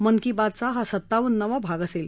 मन की बातचा हा सत्तावन्नावा भाग असेल